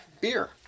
beer